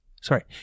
Sorry